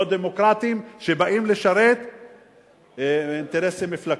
לא דמוקרטיים, שבאים לשרת אינטרסים מפלגתיים,